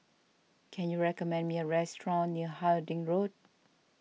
can you recommend me a restaurant near Harding Road